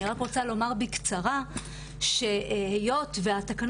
אני רק רוצה לומר בקצרה שהיות שהתקנות